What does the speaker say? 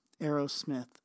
Aerosmith